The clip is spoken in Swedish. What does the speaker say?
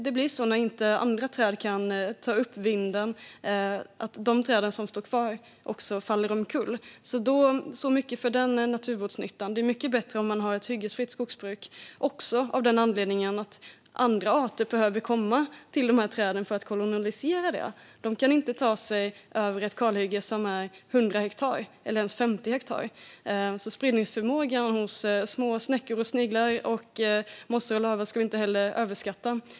Det blir så när inte andra träd kan fånga upp vinden. De träd som står kvar faller omkull. Så mycket för den naturvårdsnyttan - det är mycket bättre att ha ett hyggesfritt skogsbruk, också av den anledningen att andra arter behöver komma till de här träden för att kolonisera dem. De kan inte ta sig över ett kalhygge som är 100 hektar eller ens 50 hektar. Spridningsförmågan hos snäckor, sniglar, mossor och lavar ska vi inte överskatta.